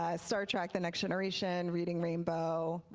ah star trek the next generation, reading rainbow,